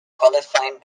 qualifying